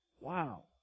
wow